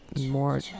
More